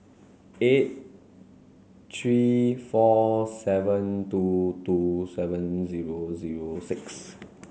eight three four seven two two seven zero zero six